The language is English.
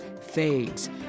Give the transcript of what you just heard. fades